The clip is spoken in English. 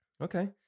Okay